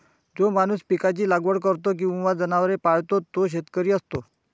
जो माणूस पिकांची लागवड करतो किंवा जनावरे पाळतो तो शेतकरी असतो